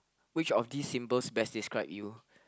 which of these symbols best describe you